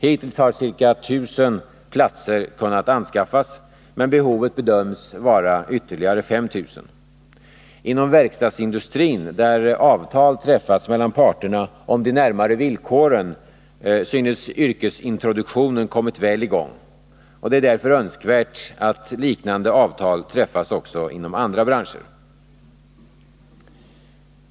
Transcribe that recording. Hittills har ca 1000 platser kunnat anskaffas, men behovet bedöms vara ytterligare 5 000 platser. Inom verkstadsindustrin, där avtal träffats mellan parterna om de närmare villkoren, synes yrkesintroduktionen ha kommit i gång väl. Det är därför önskvärt att liknande avtal träffas också inom andra branscher.